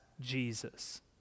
Jesus